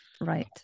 Right